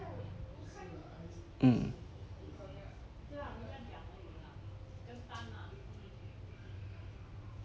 mm